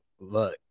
look